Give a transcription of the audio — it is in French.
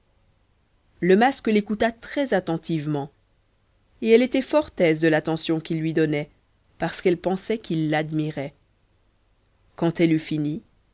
le masque l'écouta très attentivement et elle était fort aise de l'attention qu'il lui donnait parce qu'elle pensait qu'il l'admirait quand elle eut fini